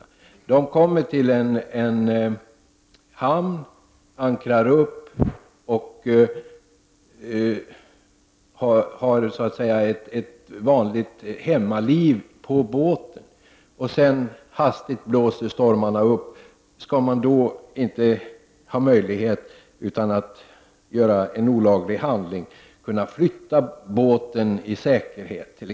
De kommer till en hamn där de ankrar och lever så att säga ett vanligt hemmaliv på båten. Sedan blåser kanske stormarna upp hastigt. Skall man då inte ha möjlighet att flytta båten i säkerhet utan att göra en olaglig handling?